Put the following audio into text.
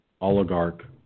oligarch